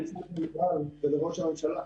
השקף שאתה רואה עכשיו הובהר לראש הממשלה,